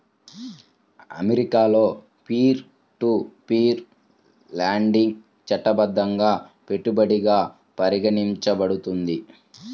అమెరికాలో peer to peer lending చట్టబద్ధంగా పెట్టుబడిగా పరిగణించబడుతుంది